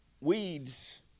Weeds